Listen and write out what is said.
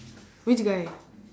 which guy